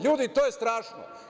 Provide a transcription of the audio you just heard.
Ljudi, to je strašno.